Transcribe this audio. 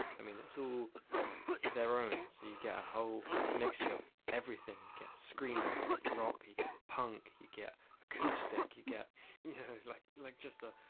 i mean it's all so their own. so you get a whole mixture of everything. you get screamo, you get rock, you get punk, you get acoustic, you get yeah like like just a